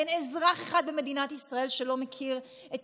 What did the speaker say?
אין אזרח אחד במדינת ישראל שלא מכיר את